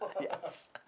Yes